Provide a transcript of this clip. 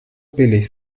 billig